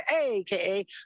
aka